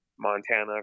Montana